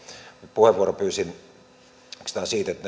puheenvuoron pyysin siihen asiaan että